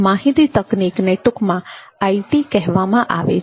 માહિતી તકનીકને ટૂંકમાં આઇટી કહેવામાં આવે છે